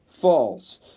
false